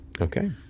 Okay